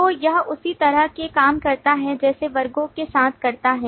तो यह उसी तरह से काम करता है जैसे वर्गो के साथ करता है